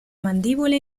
mandíbula